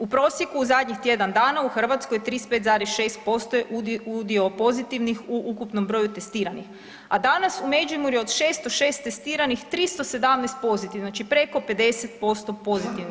U prosjeku u zadnjih tjedan dana u Hrvatskoj 35,6% je udio pozitivnih u ukupnom broju testiranih, a danas u Međimurju od 606 testiranih, 317 pozitivnih, znači preko 50% pozitivnih.